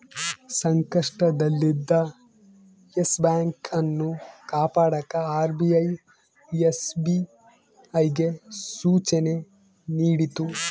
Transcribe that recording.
ಸಂಕಷ್ಟದಲ್ಲಿದ್ದ Yes Bank ಅನ್ನು ಕಾಪಾಡಕ ಆರ್.ಬಿ.ಐ ಎಸ್.ಬಿ.ಐಗೆ ಸೂಚನೆ ನೀಡಿತು